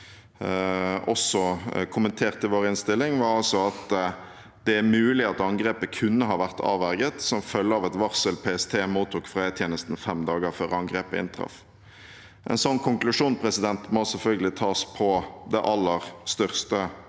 har kommentert i vår innstilling, var altså at det er mulig at angrepet kunne ha vært avverget som følge av et varsel PST mottok fra E-tjenesten fem dager før angrepet inntraff. En sånn konklusjon må selvfølgelig tas på det aller største